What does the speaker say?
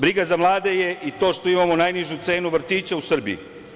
Briga za mlade je i to što imamo najnižu cenu vrtića u Srbiji.